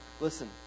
Listen